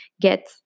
get